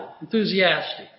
enthusiastic